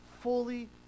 fully